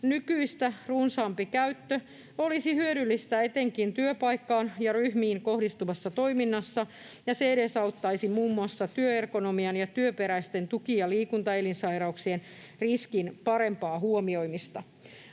nykyistä runsaampi käyttö olisi hyödyllistä etenkin työpaikkaan ja ryhmiin kohdistuvassa toiminnassa, ja se edesauttaisi muun muassa työergonomian ja työperäisten tuki- ja liikuntaelinsairauksien riskin parempaa huomioimista.